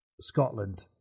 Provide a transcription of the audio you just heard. Scotland